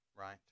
right